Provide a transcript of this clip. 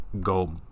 go